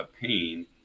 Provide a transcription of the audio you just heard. pain